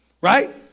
Right